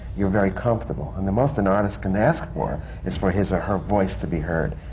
you're very comfortable. and the most an artist can ask for is for his or her voice to be heard.